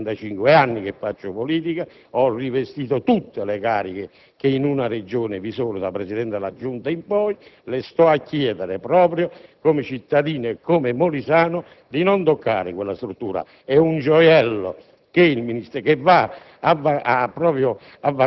per avere visibilità nella mia Regione (sono 35 anni che faccio politica, ho rivestito tutte le cariche che in Regione vi sono, da Presidente della Giunta in poi): sono qui per chiederle proprio, come cittadino e molisano, di non toccare quella struttura; è un gioiello